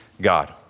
God